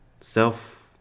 self